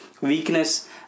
weakness